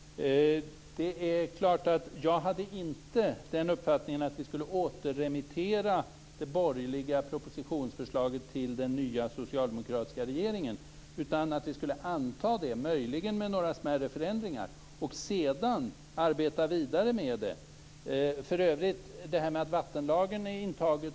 Fru talman! Det är klart att jag inte hade uppfattningen att vi skulle återremittera det borgerliga propositionsförslaget till den nya socialdemokratiska regeringen. Vi borde i stället ha antagit det, möjligen med några smärre förändringar, och sedan ha arbetat vidare med det. För övrigt är det positivt att vattenlagen är intagen.